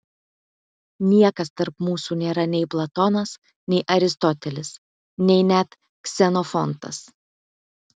niekas tarp mūsų nėra nei platonas nei aristotelis nei net ksenofontas